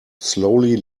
slowly